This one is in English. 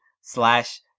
slash